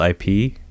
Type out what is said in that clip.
IP